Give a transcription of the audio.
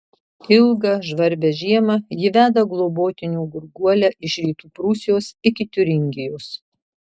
ilgą žvarbią žiemą ji veda globotinių gurguolę iš rytų prūsijos iki tiuringijos